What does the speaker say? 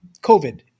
COVID